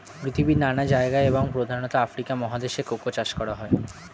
পৃথিবীর নানা জায়গায় এবং প্রধানত আফ্রিকা মহাদেশে কোকো চাষ করা হয়